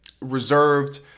reserved